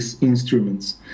instruments